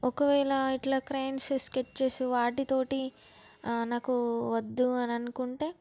ఒకవేళ ఇట్ల crayons sketches వాటితోటి నాకు వద్దు అని అనుకుంటే